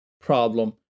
problem